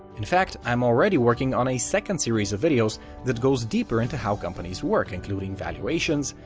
in fact i'm already working on a second series of videos that goes deeper into how companies work, including valuations,